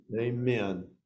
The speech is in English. Amen